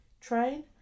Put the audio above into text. train